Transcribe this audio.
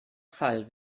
fall